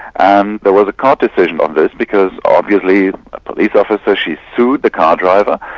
and there was a court decision on this because obviously a police officer, she sued the car driver,